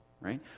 right